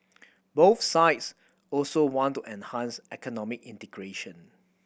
both sides also want to enhance economic integration